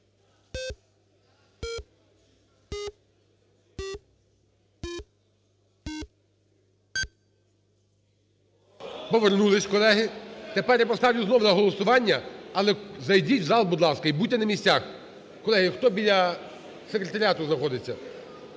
Повернулися, колеги. Тепер я поставлю знов на голосування, але зайдіть в зал, будь ласка, і будьте на місцях. Колеги, хто біля секретаріату знаходиться,